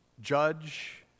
judge